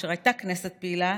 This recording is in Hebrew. כאשר הייתה כנסת פעילה,